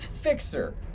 Fixer